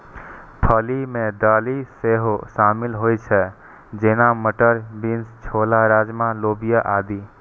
फली मे दालि सेहो शामिल होइ छै, जेना, मटर, बीन्स, छोला, राजमा, लोबिया आदि